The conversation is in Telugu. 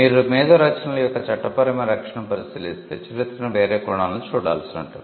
మీరు మేధో రచనల యొక్క చట్టపరమైన రక్షణను పరిశీలిస్తే చరిత్రను వేరే కోణంలో చూడాల్సి ఉంటుంది